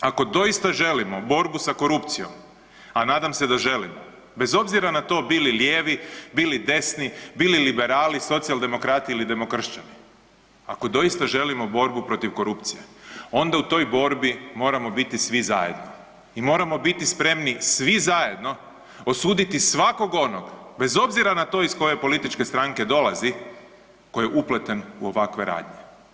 Ako doista želimo borbu sa korupcijom, a nadam se da želimo bez obzira na to bili lijevi, bili desni, bili liberali, socijaldemokrati ili demokršćani ako doista želimo borbu protiv korupcije onda u toj borbi moramo biti svi zajedno i moramo biti spremni svi zajedno osuditi svakog onog bez obzira na to iz koje političke stranke dolazi tko je upleten u ovakve radnje.